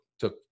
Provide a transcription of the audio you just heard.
took